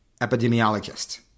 epidemiologist